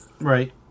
Right